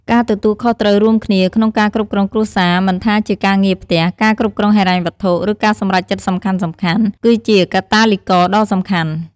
ការទទួលខុសត្រូវរួមគ្នាក្នុងការគ្រប់គ្រងគ្រួសារ មិនថាជាការងារផ្ទះ ការគ្រប់គ្រងហិរញ្ញវត្ថុ ឬការសម្រេចចិត្តសំខាន់ៗ គឺជាកាតាលីករដ៏សំខាន់។